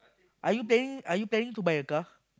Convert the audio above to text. are you planning are you planning to buy a car